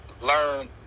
learn